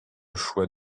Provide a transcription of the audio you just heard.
choix